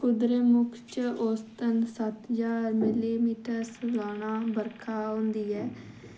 कुद्रेमुख च औस्तन सत्त ज्हार मिलीमीटर सलाना बर्खा होंदी ऐ